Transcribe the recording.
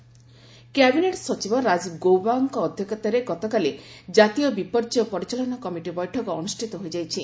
Rajiv Gauba cabinet ସଚିବ ରାଜୀବ ଗୌବାଙ୍କ ଅଧ୍ୟକ୍ଷତାରେ ଗତକାଲି ଜାତୀୟ ବିପର୍ଯ୍ୟୟ ପରିଚାଳନା କମିଟି ବୈଠକ ଅନୁଷ୍ଠିତ ହୋଇଯାଇଛି